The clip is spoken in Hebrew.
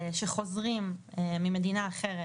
שחוזרים ממדינה אחת.